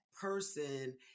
person